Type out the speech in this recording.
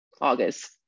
August